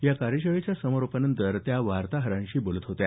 या कार्यशाळेच्या समारोपानंतर त्या वार्ताहरांशी बोलत होत्या